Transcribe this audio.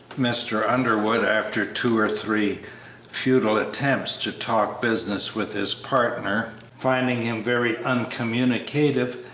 mr. underwood, after two or three futile attempts to talk business with his partner, finding him very uncommunicative,